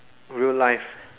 real life